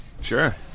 Sure